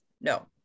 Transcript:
no